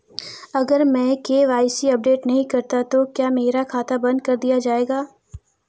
अगर मैं KYC update नहीं करता तो क्या मेरा खाता बंद कर दिया जाएगा?